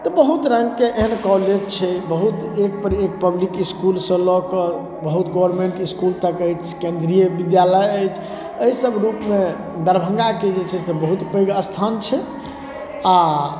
तऽ बहुत रङ्गके एहन कॉलेज छै बहुत एकपर एक पब्लिक इसकुलसँ लऽ कऽ बहुत गवर्नमेंट इसकुल तक अछि केन्द्रीय विद्यालय अछि अइ सब रूपमे दरभंगाके जे छै से बहुत पैघ स्थान छै आओर